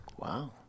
Wow